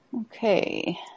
Okay